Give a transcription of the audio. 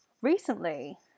Recently